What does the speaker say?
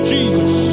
Jesus